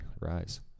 Rise